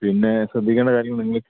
പിന്നേ ശ്രദ്ധിക്കേണ്ട കാര്യങ്ങൾ നിങ്ങൾ